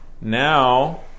Now